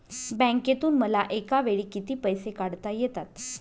बँकेतून मला एकावेळी किती पैसे काढता येतात?